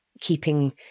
keeping